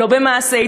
לא במעשה,